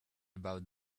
about